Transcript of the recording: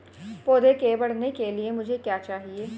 पौधे के बढ़ने के लिए मुझे क्या चाहिए?